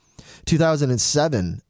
2007